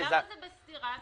למה זה בסתירה?